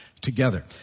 together